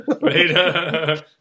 Right